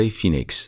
Phoenix